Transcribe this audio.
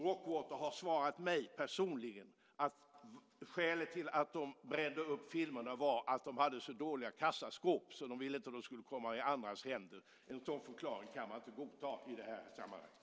Rockwater har svarat mig personligen att skälet till att de brände upp filmerna var att de hade så dåliga kassaskåp att de inte ville att filmerna skulle komma i andras händer. En sådan förklaring kan man inte godta i det här sammanhanget.